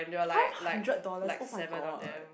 five hundred dollars oh-my-god